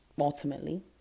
ultimately